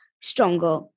stronger